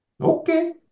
Okay